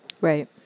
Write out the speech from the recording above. Right